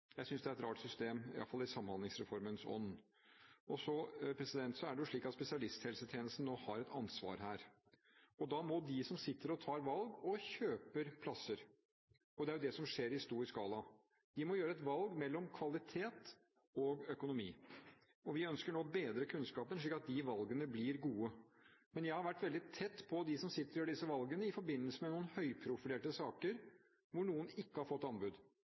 Jeg synes det er et rart system, iallfall i Samhandlingsreformens ånd. Spesialisthelsetjenesten har et ansvar her. Da må de som sitter og tar valg og kjøper plasser – det er jo det som skjer i stor skala – velge mellom kvalitet og økonomi. Vi ønsker å bedre kunnskapen, slik at de valgene blir gode. Jeg har i forbindelse med noen høyt profilerte saker vært veldig tett på dem som sitter og tar disse valgene, hvor noen ikke har fått anbud,